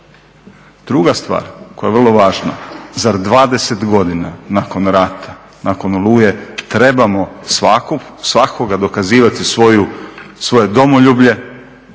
Druga stvar, koja je vrlo važna, zar 20 godina nakon rata, nakon Oluje trebamo svakoga dokazivati svoje domoljublje